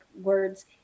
words